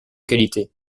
qualité